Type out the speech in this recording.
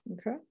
okay